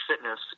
fitness